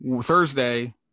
Thursday